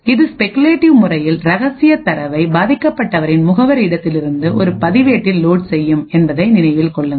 இது ஸ்பெகுலேட்டிவ் முறையில் ரகசிய தரவை பாதிக்கப்பட்டவரின் முகவரி இடத்திலிருந்து ஒரு பதிவேட்டில்லோட் செய்யும் என்பதை நினைவில் கொள்ளுங்கள்